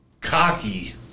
cocky